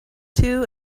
two